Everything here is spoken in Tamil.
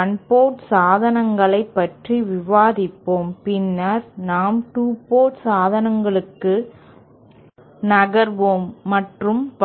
1 போர்ட் சாதனங்களைப் பற்றி விவாதிப்போம் பின்னர் நாம் 2 போர்ட் சாதனங்களுக்கு நகர்வோம் மற்றும் பல